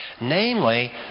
Namely